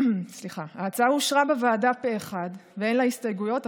ההצעה אושרה בוועדה פה אחד ואין לה הסתייגויות,